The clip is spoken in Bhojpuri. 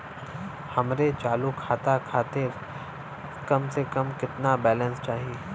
हमरे चालू खाता खातिर कम से कम केतना बैलैंस चाही?